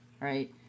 Right